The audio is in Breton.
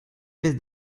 vez